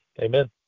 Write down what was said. Amen